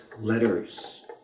letters